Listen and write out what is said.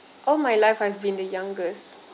all my life I've been the youngest